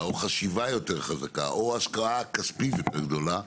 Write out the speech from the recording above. או חשיבה יותר עמוקה או השקעה כספית יותר גדולה,